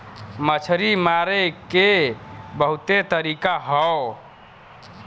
मछरी मारे के बहुते तरीका हौ